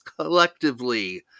collectively